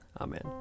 Amen